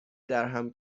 درهم